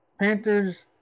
Panthers